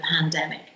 pandemic